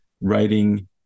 Writing